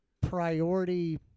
priority